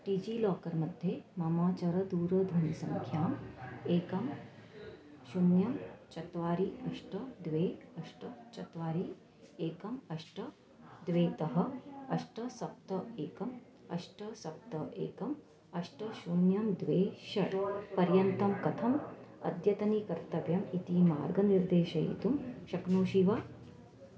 DigiLocker मध्ये मम चरदूरध्वनिसङ्ख्याम् एकं शून्यं चत्वारि अष्ट द्वे अष्ट चत्वारि एकम् अष्ट द्वेतः अष्ट सप्त एकम् अष्ट सप्त एकम् अष्ट शून्यं द्वे षट् पर्यन्तं कथम् अद्यतनीकर्तव्यम् इति मार्गनिर्देशयितुं शक्नोषि वा